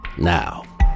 Now